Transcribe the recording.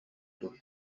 дуо